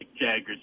Jagger